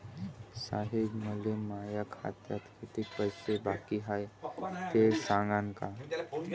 साहेब, मले माया खात्यात कितीक पैसे बाकी हाय, ते सांगान का?